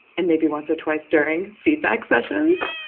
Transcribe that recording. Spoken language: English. and maybe once or twice during feedback sessions,